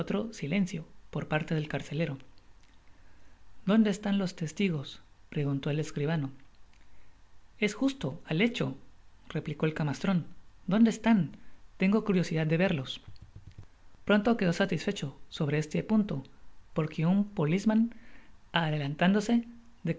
silencio por parte del carcelero dónde están los testigos preguntó el escribano es justo al hecho replicó el camastron donde están tengo curiosidad de verlos pronto quedó satisfecho sobre este punto porque un police mon adelantándose